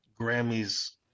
Grammys